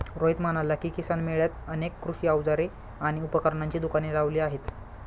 रोहित म्हणाला की, किसान मेळ्यात अनेक कृषी अवजारे आणि उपकरणांची दुकाने लावली आहेत